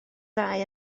ddau